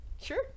Sure